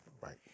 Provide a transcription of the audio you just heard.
right